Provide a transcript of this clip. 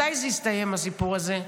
מתי זה יסתיים, הסיפור הזה?